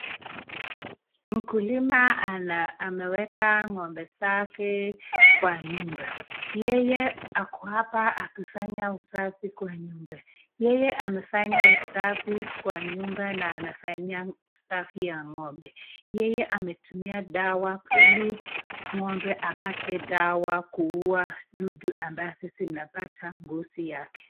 Mkulima ameweka ng'ombe zake kwa nyumba, yeye ako hapa akifanya usafi kwa nyumba, yeye anafanya usafi na anafanyia usafi ya ng'ombe, yey ametumia dawa ili ng'ombe wapate dawa kuua dudu amabzo zinapata ngozi yake.